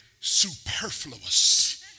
superfluous